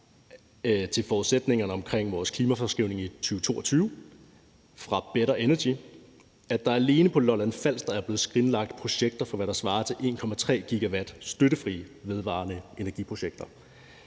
forudsætningerne for vores klimafremskrivning i 2022 fra Better Energy, at der alene på Lolland-Falster er blevet skrinlagt projekter for, hvad der svarer til 1,3 GW støttefri vedvarende energi-projekter.